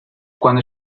cuando